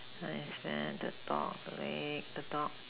science fair the dog wait the dog